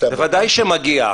בוודאי שמגיע.